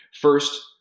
First